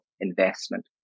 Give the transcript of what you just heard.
investment